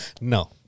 no